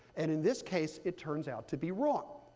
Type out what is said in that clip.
and in this case, it turns out to be wrong.